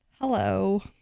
Hello